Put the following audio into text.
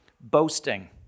Boasting